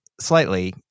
slightly